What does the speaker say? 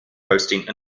hosting